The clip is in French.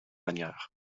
manière